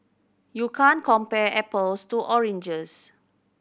you can't compare apples to oranges